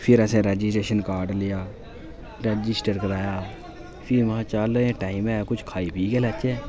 फिर असें registration card लेआ रजिस्टर कराया फ्ही महां चल अजें टाइम ऐ कुछ खाई पी गै लैचे